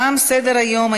תם סדר-היום.